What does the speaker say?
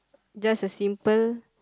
just a simple